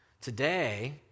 Today